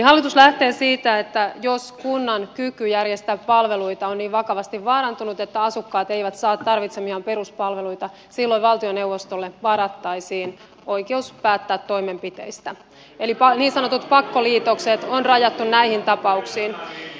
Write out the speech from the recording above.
hallitus lähtee siitä että jos kunnan kyky järjestää palveluita on niin vakavasti vaarantunut että asukkaat eivät saa tarvitsemiaan peruspalveluita silloin valtioneuvostolle varattaisiin oikeus päättää toimenpiteistä eli niin sanotut pakkoliitokset on rajattu näihin tapauksiin